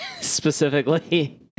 specifically